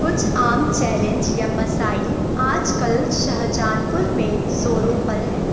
کچھ عام چیلنج یا مسائل آج کل شہجانپور میں زوروں پر ہیں